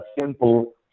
simple